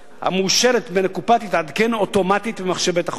המאושרת מן הקופה תתעדכן אוטומטית במחשב בית-החולים.